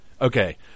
Okay